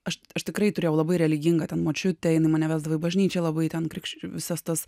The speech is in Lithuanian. aš aš tikrai turėjau labai religingą ten močiutę jinai mane vesdavo į bažnyčią labai ten krikščionių visas tas